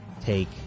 take